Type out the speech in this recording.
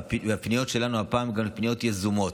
והפעם הפניות שלנו הן גם פניות יזומות.